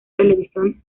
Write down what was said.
televisión